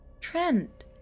Trent